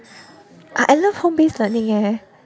I love home based learning eh